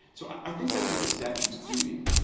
so i think that's what this statute is doing.